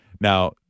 Now